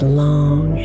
long